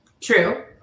true